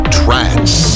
trance